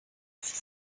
six